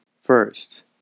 First